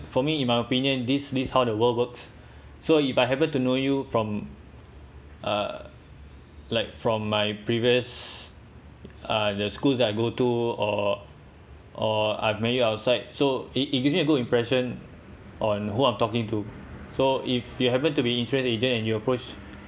for me in my opinion this is how the world works so if I happen to know you from uh like from my previous uh the schools I go to or or I've met you outside so it it gives me a good impression on who I'm talking to so if you happen to be insurance agent and you approach